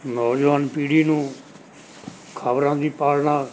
ਨੌਜਵਾਨ ਪੀੜ੍ਹੀ ਨੂੰ ਖਬਰਾਂ ਦੀ ਪਾਲਣਾ